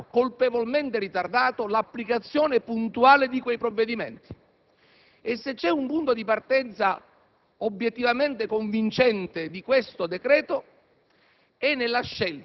ritardato colpevolmente l'applicazione puntuale di quei provvedimenti; se c'è un punto di partenza obiettivamente convincente in questo decreto‑legge,